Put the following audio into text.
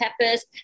peppers